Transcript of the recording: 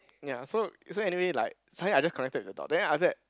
ya so so anyway like suddenly I just connected with the dog then after that